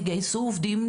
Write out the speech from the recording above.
תגייסו עובדים,